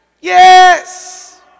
Yes